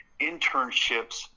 internships